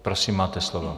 Prosím, máte slovo.